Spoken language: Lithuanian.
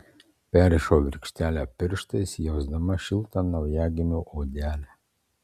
perrišau virkštelę pirštais jausdama šiltą naujagimio odelę